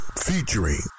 Featuring